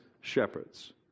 shepherds